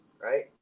right